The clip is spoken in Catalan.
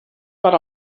per